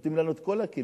נותנים לנו את כל הכלים,